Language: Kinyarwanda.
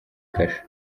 kasho